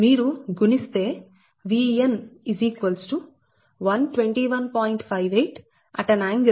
మీరు గుణిస్తే Vn 121